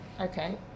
Okay